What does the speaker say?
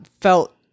felt